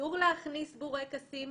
אסור להכניס בורקסים.